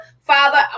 Father